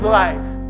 life